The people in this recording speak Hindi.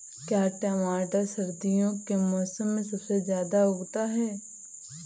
क्या टमाटर सर्दियों के मौसम में सबसे अच्छा उगता है?